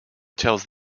tells